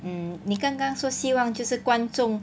mm 你刚刚说希望就是观众